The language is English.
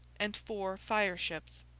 and four fire-ships.